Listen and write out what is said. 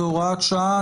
זו הוראת שעה,